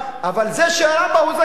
אבל זה שירה בה הוא זכאי,